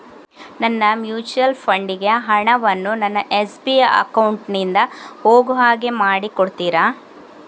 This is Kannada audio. ನನ್ನ ಮ್ಯೂಚುಯಲ್ ಫಂಡ್ ಗೆ ಹಣ ವನ್ನು ನನ್ನ ಎಸ್.ಬಿ ಅಕೌಂಟ್ ನಿಂದ ಹೋಗು ಹಾಗೆ ಮಾಡಿಕೊಡುತ್ತೀರಾ?